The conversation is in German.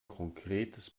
konkretes